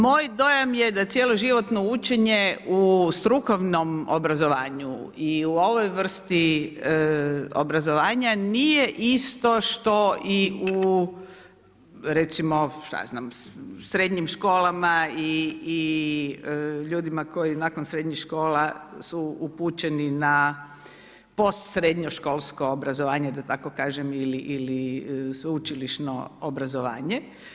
Moj dojam je da cjeloživotno učenje u strukovnom obrazovanju i u ovoj vrsti obrazovanja nije isto što i u recimo srednjim školama i ljudima koji nakon srednjih škola su upućeni na postsrednjoškolsko obrazovanje da tako kažem ili sveučilišno obrazovanje.